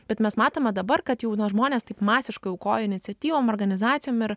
bet mes matome dabar kad jau na žmonės taip masiškai aukoja iniciatyvom organizacijom ir